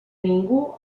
ningú